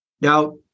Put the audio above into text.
Now